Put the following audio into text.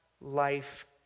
life